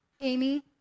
Amy